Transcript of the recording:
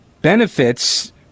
benefits